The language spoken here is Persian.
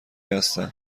هستم